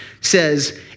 says